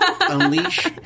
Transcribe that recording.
unleash